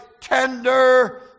tender